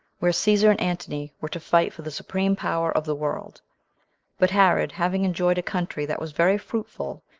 where caesar and antony were to fight for the supreme power of the world but herod having enjoyed a country that was very fruitful,